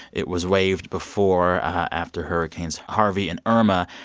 it was waived before after hurricanes harvey and irma,